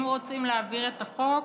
אם רוצים להעביר את החוק,